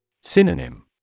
Synonym